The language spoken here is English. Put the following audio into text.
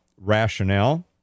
rationale